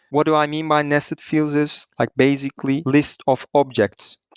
what do i mean by nested fields is like basically list of objects.